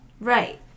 Right